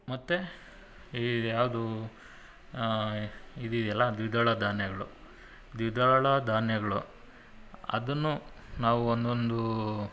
ಮತ್ತು ಈ ಯಾವುದು ಇದಿದೆಯಲ್ಲ ದ್ವಿದಳ ಧಾನ್ಯಗಳು ದ್ವಿದಳ ಧಾನ್ಯಗಳು ಅದನ್ನು ನಾವು ಒನ್ ಒಂದು